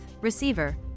receiver